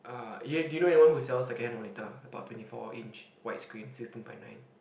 uh did you know anyone who is sell second hand monitor about twenty four inch wide screen sixteen point nine